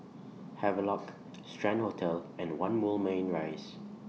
Havelock Strand Hotel and one Moulmein Rise